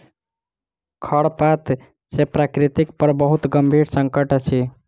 खरपात सॅ प्रकृति पर बहुत गंभीर संकट अछि